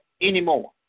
anymore